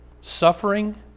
suffering